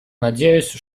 надеюсь